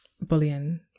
bullying